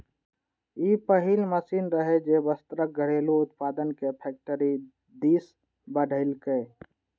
ई पहिल मशीन रहै, जे वस्त्रक घरेलू उत्पादन कें फैक्टरी दिस बढ़ेलकै